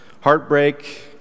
heartbreak